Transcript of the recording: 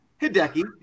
Hideki